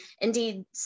indeed